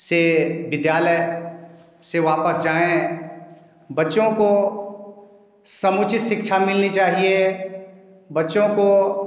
से विद्यालय से वापस जाएँ बच्चों को समुचित शिक्षा मिलनी चाहिए बच्चों को